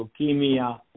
leukemia